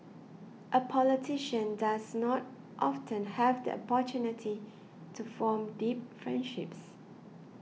a politician does not often have the opportunity to form deep friendships